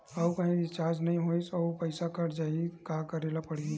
आऊ कहीं रिचार्ज नई होइस आऊ पईसा कत जहीं का करेला पढाही?